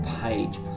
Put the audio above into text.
page